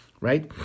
right